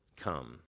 come